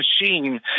machine